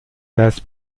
das